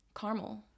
caramel